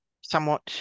somewhat